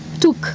took